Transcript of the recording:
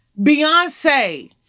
Beyonce